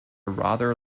rather